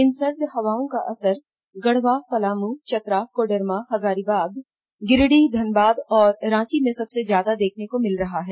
इन सर्द हवाओं का असर गढ़वा पलामू चतरा कोडरमा हजारीबाग गिरिडीह धनबाद और रांची में सबसे ज्यादा देखने को मिल रहा है